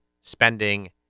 spending